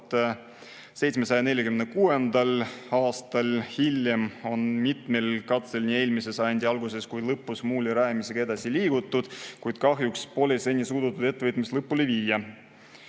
1746. aastal. Hiljem on mitmel katsel nii eelmise sajandi alguses kui lõpus muuli rajamisega edasi liigutud, kuid kahjuks pole seni suudetud ettevõtmist lõpule viia.